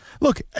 Look